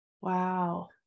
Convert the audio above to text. Wow